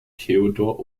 theodor